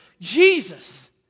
Jesus